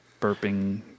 Burping